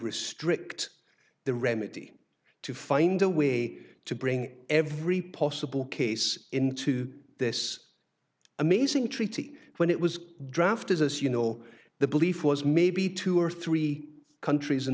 restrict the remedy to find a way to bring every possible case into this amazing treaty when it was drafted as you know the belief was maybe two or three countries in